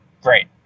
Great